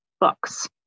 books